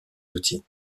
outils